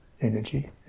energy